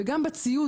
וגם בציוד,